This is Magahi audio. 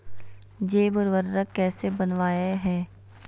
जैव उर्वरक कैसे वनवय हैय?